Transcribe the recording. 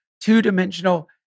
two-dimensional